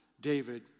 David